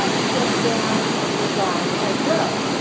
stepped down and resigned as well.